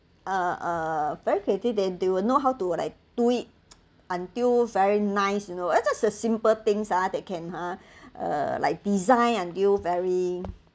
uh very creative they they will know how to like do it until very nice you know it's just a simple things hor they can hor uh like design until very